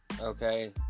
okay